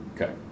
Okay